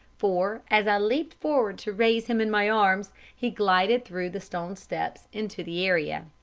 for, as i leaped forward to raise him in my arms, he glided through the stone steps into the area.